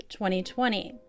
2020